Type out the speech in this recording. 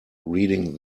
reading